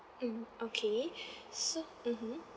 mm okay so mmhmm